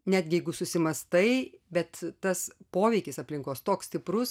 netgi jeigu susimąstai bet tas poveikis aplinkos toks stiprus